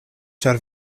ĉar